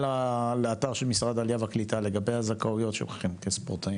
שהוא לא התמחה במוזיקה או בספורט.